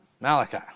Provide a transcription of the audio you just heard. Malachi